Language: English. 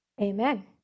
Amen